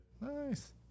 Nice